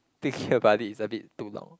thinking about it is a bit too long